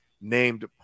named